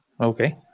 okay